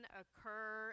occur